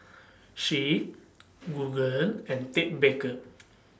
Schick Google and Ted Baker